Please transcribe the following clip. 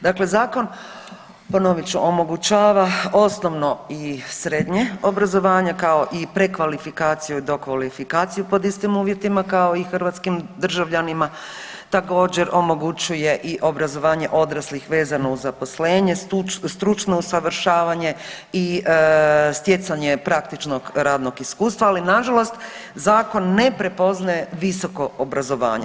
Dakle zakon, ponovit ću, omogućava osnovno i srednje obrazovanje kao i prekvalifikaciju, dokvalifikaciju pod istim uvjetima kao i hrvatskim državljanima, također omogućuje i obrazovanje odraslih vezanih uz zaposlenje, stručno usavršavanje i stjecanje praktičnog radnog iskustva, ali na žalost zakon ne prepoznaje visoko obrazovanje.